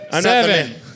Seven